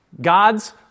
God's